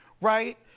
right